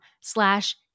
slash